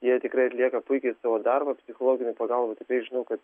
jie tikrai atlieka puikiai savo darbą psichologinę pagalbą tikrai žinau kad